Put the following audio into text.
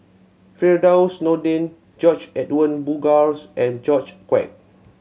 Firdaus Nordin George Edwin Bogaars and George Quek